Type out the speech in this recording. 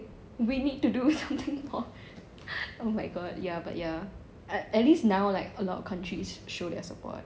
we need to do something more oh my god ya but ya at least now right a lot of countries show their support